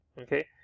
okay